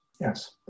Yes